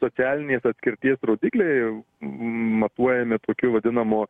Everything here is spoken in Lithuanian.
socialinės atskirties rodikliai matuojami tokiu vadinamu